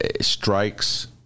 Strikes